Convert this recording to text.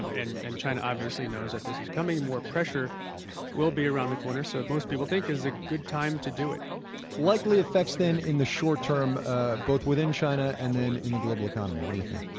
and and and china obviously knows that this is coming, more pressure will be around the corner, so most people think it's a good time to do it likely effects, then, in the short term ah both within china and then in the global economy. what do you think?